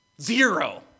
Zero